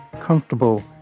comfortable